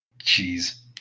Jeez